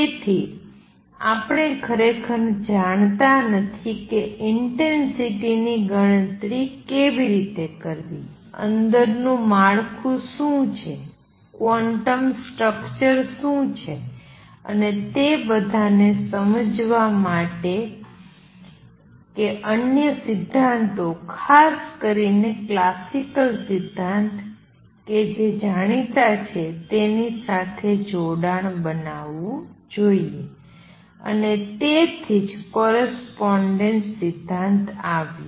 તેથી આપણે ખરેખર જાણતા નથી કે ઇંટેંસિટી ની ગણતરી કેવી રીતે કરવી અંદરનું માળખું શું છે ક્વોન્ટમ સ્ટ્રક્ચર શું છે અને તે બધાને સમજવા માટે કે અન્ય સિદ્ધાંતો ખાસ કરીને ક્લાસિકલ સિદ્ધાંત કે જે જાણીતા છે તેની સાથે જોડાણ બનાવવું જોઈએ અને તેથી જ કોરસ્પોંડેન્સ સિદ્ધાંત આવ્યો